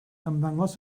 ymddangos